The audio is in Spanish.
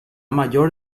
mayor